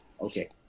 Okay